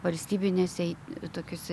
valstybinėse tokiose